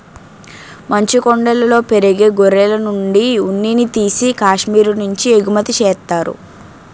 మంచుకొండలలో పెరిగే గొర్రెలనుండి ఉన్నిని తీసి కాశ్మీరు నుంచి ఎగుమతి చేత్తారు